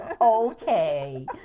Okay